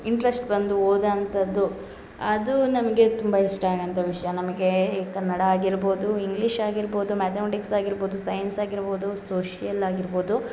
interest ಬಂದು ಓದ ಅಂಥದ್ದು ಅದು ನಮಗೆ ತುಂಬ ಇಷ್ಟ ಆಗೊವಂಥ ವಿಷಯ ನಮಗೆ ಈ ಕನ್ನಡ ಆಗಿರ್ಬೌದು ಇಂಗ್ಲಿಷ್ ಆಗಿರ್ಬೌದು ಮ್ಯಾತಮೆಟಿಕ್ಸ್ ಆಗಿರ್ಬೌದು ಸೈನ್ಸ್ ಆಗಿರ್ಬೌದು ಸೋಷಿಯಲ್ ಆಗಿರ್ಬೌದು